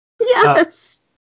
Yes